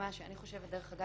דרך אגב,